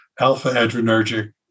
alpha-adrenergic